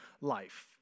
life